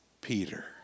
Peter